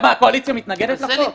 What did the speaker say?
רגע, מה, הקואליציה מתנגדת לחוק?